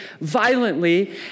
violently